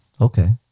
Okay